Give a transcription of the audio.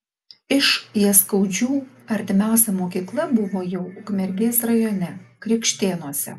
iš jaskaudžių artimiausia mokykla buvo jau ukmergės rajone krikštėnuose